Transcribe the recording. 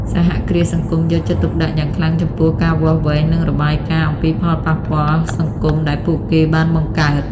សហគ្រាសសង្គមយកចិត្តទុកដាក់យ៉ាងខ្លាំងចំពោះការវាស់វែង និងរបាយការណ៍អំពីផលប៉ះពាល់សង្គមដែលពួកគេបានបង្កើត។